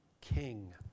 king